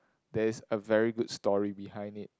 there is a very good story behind it